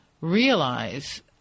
realize